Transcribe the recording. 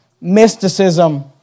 mysticism